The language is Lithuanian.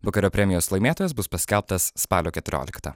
bukerio premijos laimėtojas bus paskelbtas spalio keturioliktą